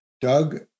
Doug